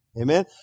amen